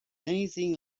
anything